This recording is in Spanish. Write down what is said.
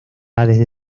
desde